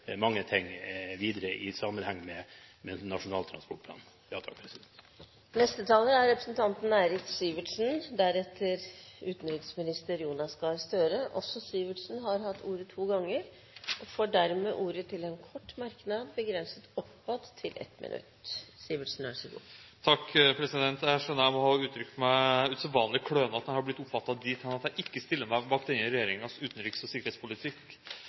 videre i sammenheng med Nasjonal transportplan. Representanten Eirik Sivertsen har hatt ordet to ganger og får dermed ordet til en kort merknad, begrenset til 1 minutt. Jeg skjønner at jeg må ha uttrykt meg usedvanlig klønete når jeg har blitt oppfattet dit hen at jeg ikke stiller meg bak denne regjeringens utenriks- og sikkerhetspolitikk.